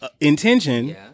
intention